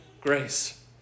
grace